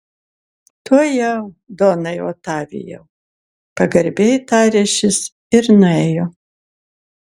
tuojau donai otavijau pagarbiai tarė šis ir nuėjo